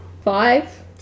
Five